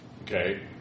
okay